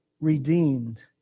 redeemed